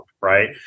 Right